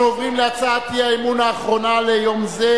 אנחנו עוברים להצעת האי-אמון האחרונה ליום זה,